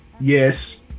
Yes